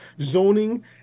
zoning